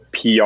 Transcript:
PR